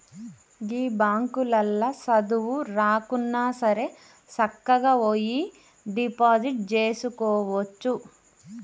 గీ బాంకులల్ల సదువు రాకున్నాసరే సక్కగవోయి డిపాజిట్ జేసుకోవచ్చు